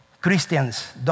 Christians